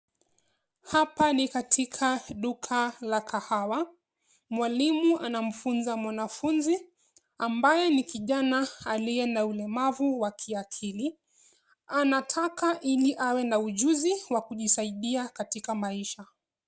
Hapa ni katika duka la kahawa. Mwalimu anamfunza mwanafunzi ambaye ni kijana aliye na ulemavu wa kiakili. Anataka ili awe na ujuzi wa kujisaida katika maisha.